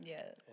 Yes